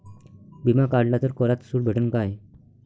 बिमा काढला तर करात सूट भेटन काय?